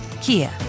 kia